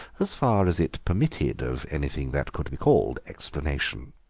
as far as it permitted of anything that could be called explanation.